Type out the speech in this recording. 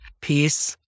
peace